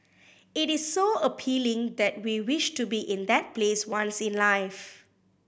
it is so appealing that we wish to be in that place once in life